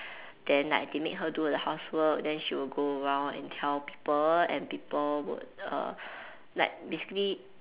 then like they make her do the housework then she will go around and tell people and people would err like basically